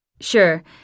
Sure